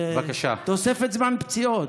זה תוספת זמן פציעות.